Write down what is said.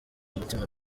mutima